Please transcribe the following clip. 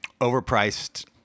Overpriced